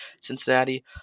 Cincinnati